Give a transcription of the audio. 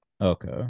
Okay